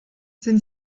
sind